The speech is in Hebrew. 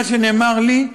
מה שנאמר לי,